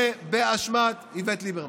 זה באשמת איווט ליברמן,